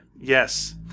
Yes